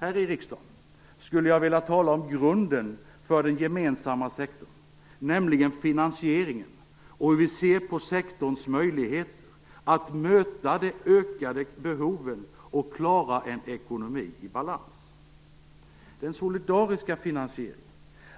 Här i riksdagen skulle jag vilja tala om grunden för den gemensamma sektorn, nämligen finansieringen och hur vi ser på sektorns möjligheter att möta de ökade behoven och klara en ekonomi i balans. Den solidariska finansieringen,